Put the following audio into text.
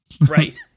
Right